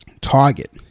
Target